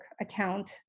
account